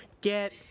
Get